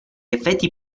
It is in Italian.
effetti